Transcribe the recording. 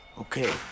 okay